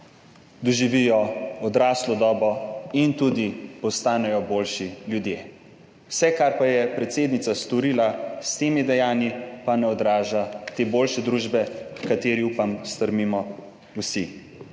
doživijo odraslo dobo in tudi postanejo boljši ljudje. Vse, kar pa je predsednica storila s temi dejanji, pa ne odraža te boljše družbe h kateri, upam, stremimo vsi.